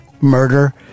murder